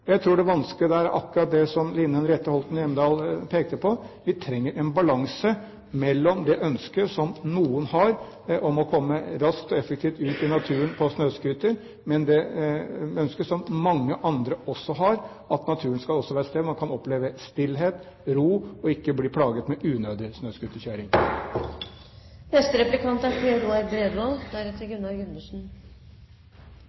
Jeg tror det vanskelige der er akkurat det som Line Henriette Hjemdal pekte på, at vi trenger en balanse mellom det ønsket som noen har om å komme raskt og effektivt ut i naturen på snøscooter, og det ønsket som mange andre har, om at naturen også skal være et sted man kan oppleve stillhet og ro og ikke bli plaget med unødig